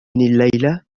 الليلة